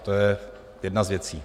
To je jedna z věcí.